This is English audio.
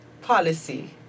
policy